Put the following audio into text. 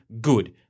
good